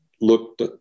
looked